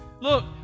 Look